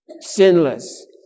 sinless